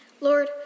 lord